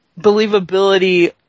believability